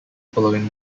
following